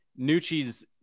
Nucci's